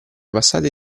passate